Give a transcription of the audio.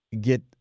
get